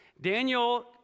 Daniel